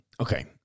Okay